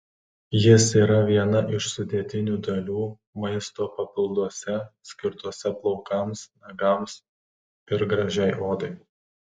jis yra viena iš sudėtinių dalių maisto papilduose skirtuose plaukams nagams ir gražiai odai